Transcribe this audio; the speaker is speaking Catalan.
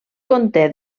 conté